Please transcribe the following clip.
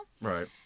Right